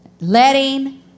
Letting